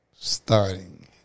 starting